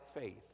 faith